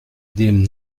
dem